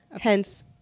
Hence